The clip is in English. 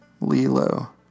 Lilo